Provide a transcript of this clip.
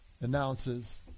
announces